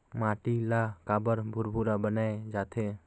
माटी ला काबर भुरभुरा बनाय जाथे?